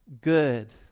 good